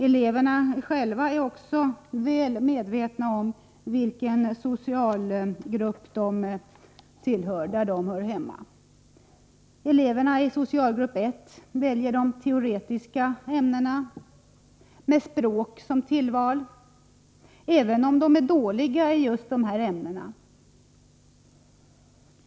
Eleverna själva är också väl medvetna om i vilken socialgrupp de hör hemma. Eleverna i socialgrupp 1 väljer de teoretiska ämnena med språk som tillval, även om de är dåliga i just dessa ämnen.